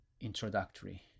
Introductory